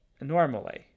Normally